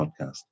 podcast